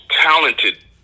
talented